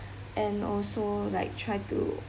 and also like try to